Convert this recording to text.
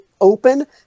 open